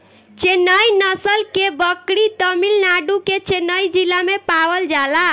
चेन्नई नस्ल के बकरी तमिलनाडु के चेन्नई जिला में पावल जाला